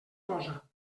posa